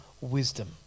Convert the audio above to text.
wisdom